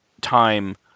time